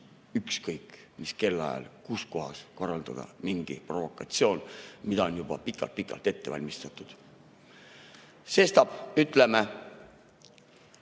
ükskõik mis kellaajal ja ükskõik kus kohas korraldada mingi provokatsioon, mida on juba pikalt-pikalt ette valmistatud. Sestap ütleme,